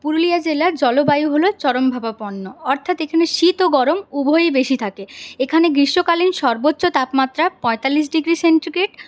পুরুলিয়া জেলার জলবায়ু হল চরমভাবাপন্ন অর্থাৎ এখানে শীত ও গরম উভয়েই বেশি থাকে এখানে গ্রীষ্মকালীন সর্বোচ্চ তাপমাত্রা পঁয়তাল্লিশ ডিগ্রী সেন্টিগ্রেড